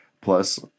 Plus